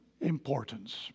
importance